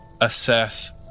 assess